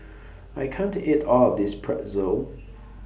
I can't eat All of This Pretzel